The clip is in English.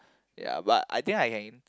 ya but I think I can